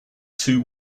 two